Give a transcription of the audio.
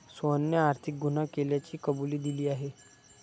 सोहनने आर्थिक गुन्हा केल्याची कबुली दिली आहे